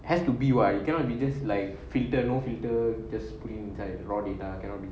it has to be why you cannot be just like filter no filter the spring the raw data cannot be